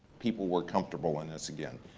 people were comfortable in us again.